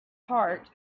heart